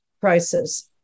prices